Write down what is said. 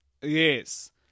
Yes